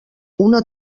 una